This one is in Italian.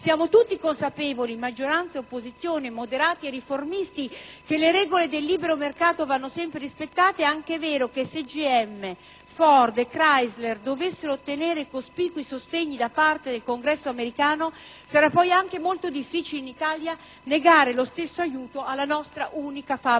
siamo tutti consapevoli, maggioranza ed opposizione, moderati e riformisti, che le regole del libero mercato vanno sempre rispettate, è anche vero che se GM, Ford e Chrysler dovessero ottenere cospicui sostegni da parte del Congresso americano, sarebbe poi molto difficile negare in Italia lo stesso aiuto alla nostra unica fabbrica